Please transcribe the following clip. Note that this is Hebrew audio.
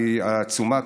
כי העצומה,